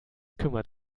kümmert